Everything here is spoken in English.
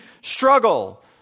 struggle